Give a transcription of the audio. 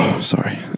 sorry